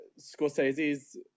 Scorsese's